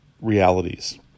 realities